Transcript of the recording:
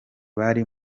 bari